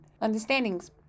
understandings